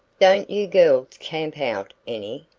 don't you girls camp out any?